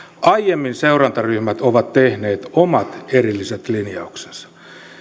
aiemmin seurantaryhmät ovat tehneet omat erilliset linjauksensa